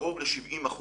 קרוב ל-70%